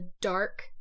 dark